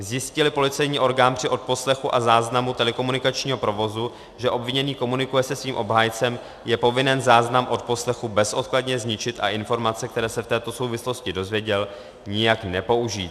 Zjistíli policejní orgán při odposlechu a záznamu telekomunikačního provozu, že obviněný komunikuje se svým obhájcem, je povinen záznam odposlechu bezodkladně zničit a informace, které se v této souvislosti dozvěděl, nijak nepoužít.